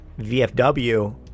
VFW